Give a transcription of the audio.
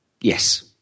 yes